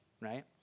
right